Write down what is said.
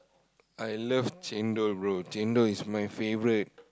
I love chendol bro chendol is my favourite